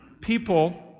people